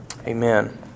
Amen